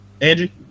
Angie